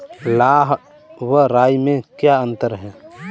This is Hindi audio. लाह व राई में क्या अंतर है?